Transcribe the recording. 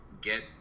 get